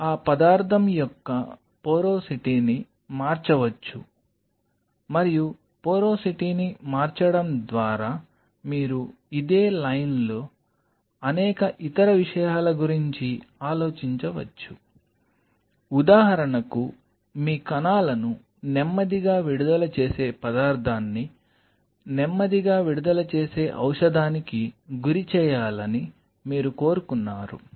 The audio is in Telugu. ఆ పదార్థం యొక్క పోరోసిటీని మార్చవోచ్చు మరియు పోరోసిటీని మార్చడం ద్వారా మీరు ఇదే లైన్లో అనేక ఇతర విషయాల గురించి ఆలోచించవచ్చు ఉదాహరణకు మీ కణాలను నెమ్మదిగా విడుదల చేసే పదార్థాన్ని నెమ్మదిగా విడుదల చేసే ఔషధానికి గురిచేయాలని మీరు కోరుకున్నారు